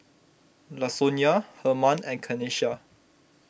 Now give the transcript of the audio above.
Lasonya Hermann and Kanesha